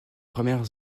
première